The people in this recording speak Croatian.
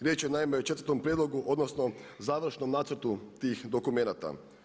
Riječ je naime o četvrtom prijedlogu, odnosno završnom nacrtu tih dokumenata.